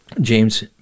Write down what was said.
James